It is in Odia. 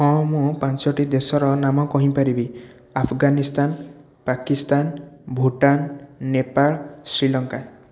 ହଁ ମୁଁ ପାଞ୍ଚଟି ଦେଶର ନାମ କହିପାରିବି ଆଫଗାନିସ୍ତାନ୍ ପାକିସ୍ତାନ୍ ଭୁଟ୍ଟାନ୍ ନେପାଳ ଶ୍ରୀଲଙ୍କା